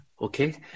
Okay